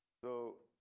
so.